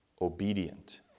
Obedient